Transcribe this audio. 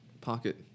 pocket